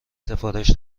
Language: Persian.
سفارش